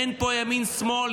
אין פה ימין שמאל,